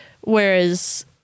whereas